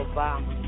Obama